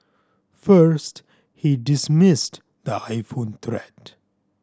first he dismissed the iPhone threat